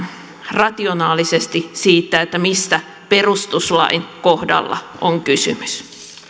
rationaalisesti siitä mistä perustuslain kohdalla on kysymys